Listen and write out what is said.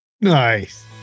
Nice